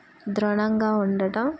దృఢంగా ఉండటం